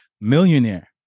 millionaire